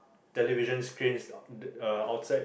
television screens uh outside